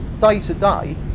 day-to-day